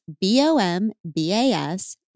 B-O-M-B-A-S